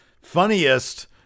funniest